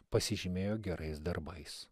pasižymėjo gerais darbais